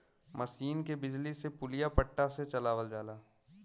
मसीन के बिजली से पुलिया पट्टा से चलावल जाला